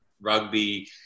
rugby